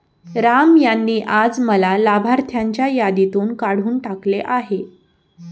राम यांनी आज मला लाभार्थ्यांच्या यादीतून काढून टाकले आहे